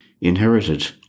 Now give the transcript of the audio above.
inherited